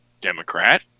Democrat